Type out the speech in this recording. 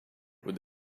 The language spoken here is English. would